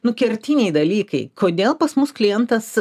nu kertiniai dalykai kodėl pas mus klientas